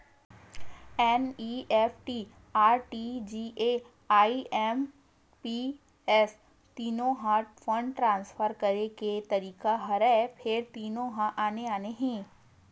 NEFT, RTGS, IMPS तीनो ह fund transfer करे के तरीका हरय फेर तीनो ह आने आने हे